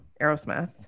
Aerosmith